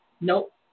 Nope